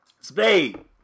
Spade